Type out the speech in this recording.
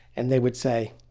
and they would say,